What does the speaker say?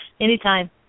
Anytime